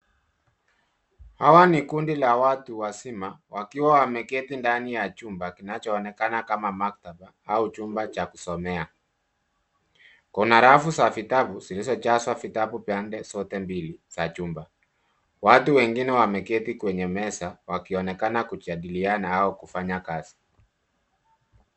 Hawa ni kundi la watu wazima wakiwa wameketi ndani ya chumba kinachoonekana kama maktaba au chumba cha kusomea. Kuna rafu za vitabu zilizojazwa vitabu pande zote mbili za chumba. Watu wengine wameketi kwenye meza wakionekana kujadiliana au kufanya kazi.